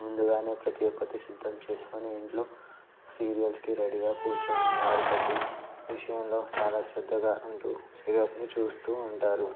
ముందుగానే ప్రతీ ఒక్కటి సిద్ధం చేసుకొని ఇంట్లో సీరియల్స్కి రెడీగా కూర్చొని వారు ప్రతీ విషయంలో చాలా శ్రద్ధగా ఉంటూ సీరియల్స్ని చూస్తూ ఉంటారు